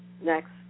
Next